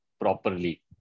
properly